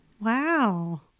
Wow